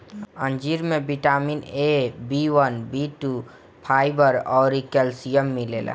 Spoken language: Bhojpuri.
अंजीर में vitamin A, B one, B two, fibre अउरी कैल्शियम मिलेला